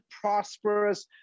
prosperous